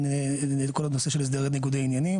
כל הנושא של הסדרי ניגודי עניינים,